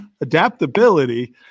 Adaptability